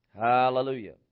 Hallelujah